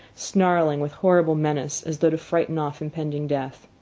snarling with horrible menace, as though to frighten off impending death.